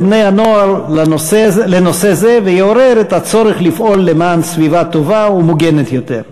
בני-הנוער לנושא זה ויעורר את הצורך לפעול למען סביבה טובה ומוגנת יותר.